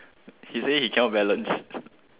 he say he cannot balance